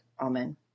Amen